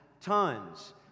tons